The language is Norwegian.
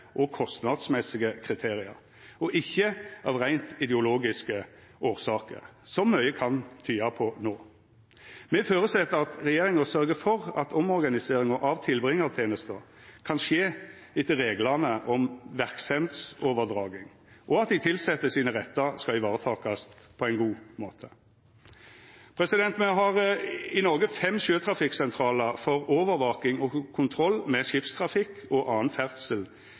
og kostnadsmessige kriterium, og ikkje av reint ideologiske årsaker, som mykje kan tyda på no. Me føreset at regjeringa sørgjer for at omorganiseringa av tilbringartenesta kan skje etter reglane om verksemdsoverdraging, og at dei tilsette sine rettar skal ivaretakast på ein god måte. Me har i Noreg fem sjøtrafikksentralar for overvaking og kontroll med skipstrafikk og annan ferdsel